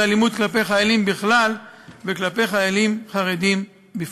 אלימות כלפי חיילים בכלל וכלפי חיילים חרדים בפרט.